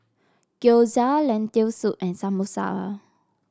Gyoza Lentil Soup and Samosa